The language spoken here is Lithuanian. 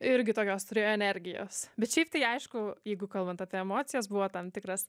irgi tokios turėjo energijos bet šiaip tai aišku jeigu kalbant apie emocijas buvo tam tikras